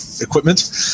equipment